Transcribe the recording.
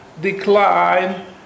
decline